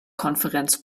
konferenz